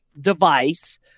device